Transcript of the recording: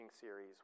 series